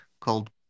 called